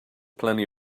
plenty